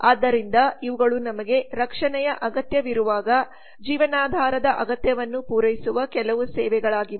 ಆದ್ದರಿಂದ ಇವುಗಳು ನಮಗೆ ರಕ್ಷಣೆಯ ಅಗತ್ಯವಿರುವಾಗ ಜೀವನಾಧಾರದ ಅಗತ್ಯವನ್ನು ಪೂರೈಸುವ ಕೆಲವು ಸೇವೆಗಳಾಗಿವೆ